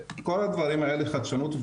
כל הדברים האלה חדשנות,